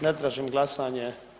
Ne tražim glasanje.